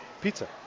pizza